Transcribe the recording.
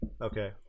Okay